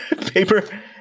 paper